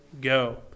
go